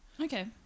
Okay